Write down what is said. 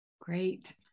Great